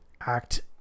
act